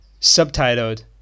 Subtitled